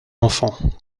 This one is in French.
enfant